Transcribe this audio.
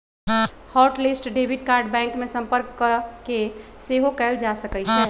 hot list debit card bank में संपर्क कऽके सेहो कएल जा सकइ छै